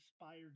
inspired